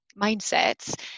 mindsets